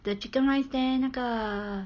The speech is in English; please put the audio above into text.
the chicken rice there 那个